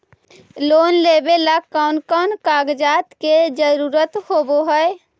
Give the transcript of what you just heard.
Loan लेबे ला कौन कौन कागजात के जरुरत होबे है?